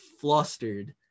flustered